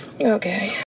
Okay